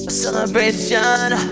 celebration